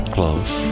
Close